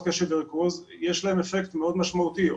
קשב וריכוז יש להם אפקט מאוד משמעותי,